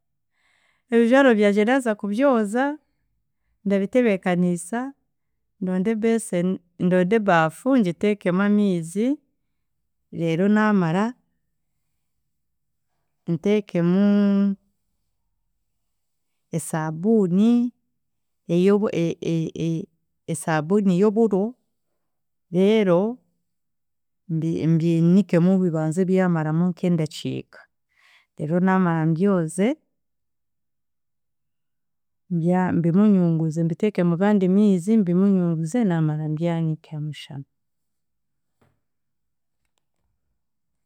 Ebijwaro byangye naaza kubyoza ndabitebeekanisa, ndonde a basin, ndonde ebaafu ngiteekemu amiizi, reero naamara nteekemu esambuni, eyobu e- e- e- esambuni y’oburo reero, mbinikemu bibanze byamaramu nk’endakiika, reero namara ndyoze, mbya mbimunyunguze mbiteeke mugandi miizi mbimunyunguze naamara mbyanike ahamushana.